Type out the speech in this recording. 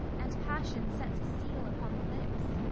and passion sets a seal upon the lips.